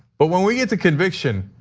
but when we get to conviction,